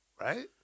Right